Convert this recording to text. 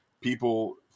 people